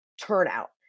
turnout